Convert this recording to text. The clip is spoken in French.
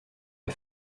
est